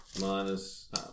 Minus